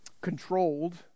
Controlled